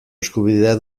eskubidea